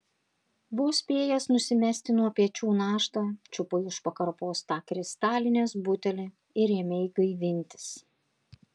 vos spėjęs nusimesti nuo pečių naštą čiupai už pakarpos tą kristalinės butelį ir ėmei gaivintis